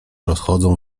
rozchodzą